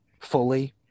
fully